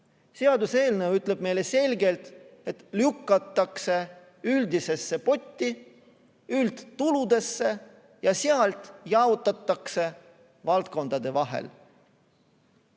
Seaduseelnõu ütleb meile selgelt, et lükatakse üldisesse potti, üldtuludesse, ja sealt jaotatakse valdkondade vahel.